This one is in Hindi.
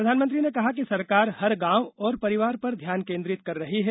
प्रधानमंत्री ने कहा कि सरकार हर गांव और परिवार पर ध्यान केन्द्रित कर रही है